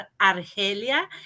Argelia